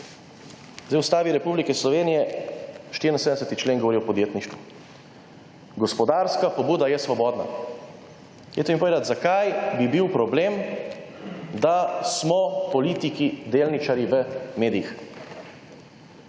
V Ustavi Republike Slovenije 64. člen govori o podjetništvu, gospodarska pobuda je svobodna. Povejte mi, zakaj bi bil problem, da smo politiki delničarji v medijih.